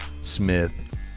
Smith